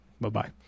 Bye-bye